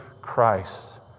Christ